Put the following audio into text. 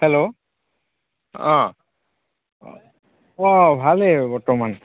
hello অঁ অঁ ভালেই বৰ্তমান